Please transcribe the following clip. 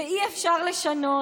ואי-אפשר לשנות.